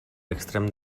extrem